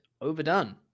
overdone